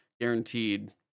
guaranteed